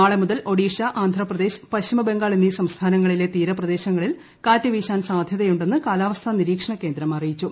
നാളെ മുതൽ ഒഡീഷ ആന്ധപ്രദേശ് പ്ലശ്ചിമബംഗാൾ എന്നീ സംസ്ഥാനങ്ങളിലെ തീരപ്രദേശങ്ങളിൽ കാറ്റ് വീശാൻ സാധ്യതയുണ്ടെന്ന് കാലാവസ്ഥാ നിരീക്ഷണ കേന്ദ്രം അറിയിച്ചു